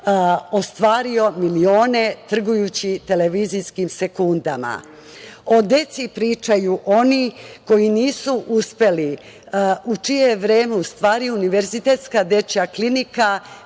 ostvario milione trgujući televizijskim sekundama. O deci pričaju oni u čije vreme je Univerzitetska dečija klinika